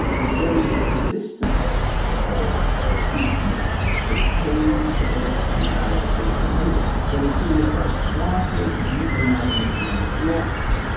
the very existence of the scheme has changed the political landscape in europe. when the scheme was first started you could easily imagine it being blocked.